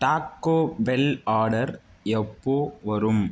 டாக்கோ bell order எப்போது வரும்